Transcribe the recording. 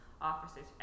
officers